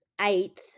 Eighth